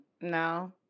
No